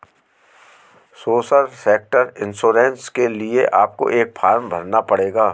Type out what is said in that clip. social sector insurance के लिए आपको एक फॉर्म भरना पड़ेगा